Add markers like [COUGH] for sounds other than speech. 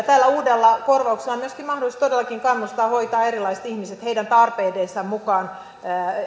[UNINTELLIGIBLE] tällä uudella korvauksella on myöskin mahdollisuus todellakin kannustaa ja hoitaa erilaiset ihmiset heidän tarpeidensa mukaan